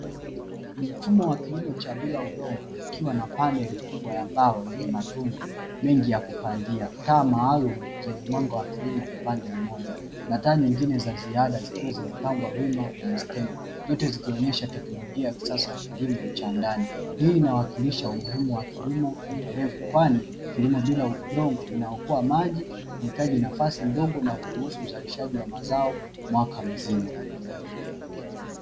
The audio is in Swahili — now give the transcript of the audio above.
Mfumo wa kilimo cha bila udongo kiwa na paneli kubwa ya mbao yenye matundu mengi ya kupandia taa maalumu zenye mwanga wa kilimo upande mmoja na taa zingine za ziada zikiwa zote zikionyesha teknolojia ya kisasa kilimo cha ndani hii inawakilisha umuhimu wa kilimo na maendeleo kwani bila udongo unahitaji maji uzalishaji wa mazao mwaka mzima.